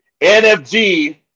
NFG